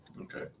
Okay